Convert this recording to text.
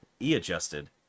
E-adjusted